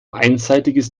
einseitiges